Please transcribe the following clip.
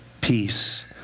peace